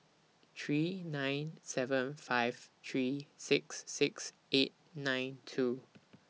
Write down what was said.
three nine seven five three six six eight nine two